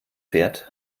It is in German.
fährt